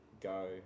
go